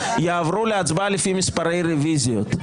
יעברו להצבעה לפי מספרי רוויזיות,